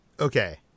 Okay